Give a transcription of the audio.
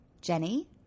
Jenny